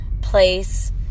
place